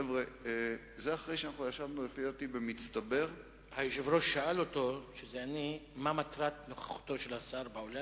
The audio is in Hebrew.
בישיבה ביטאתי את העובדה שאני לא רוחש לו כבוד